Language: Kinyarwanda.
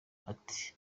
ati